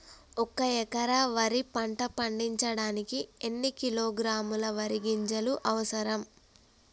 ఒక్క ఎకరా వరి పంట పండించడానికి ఎన్ని కిలోగ్రాముల వరి గింజలు అవసరం?